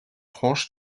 franche